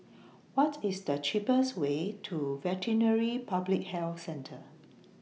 What IS The cheapest Way to Veterinary Public Health Centre